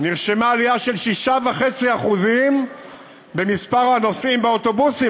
נרשמה עלייה של 6.5% במספר הנוסעים באוטובוסים.